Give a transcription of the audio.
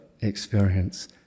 experience